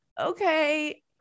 okay